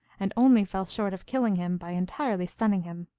and only fell short of killing him by entirely stunning him.